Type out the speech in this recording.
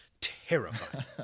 Terrifying